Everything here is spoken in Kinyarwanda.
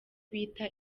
bita